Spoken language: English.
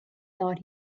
thought